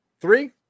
three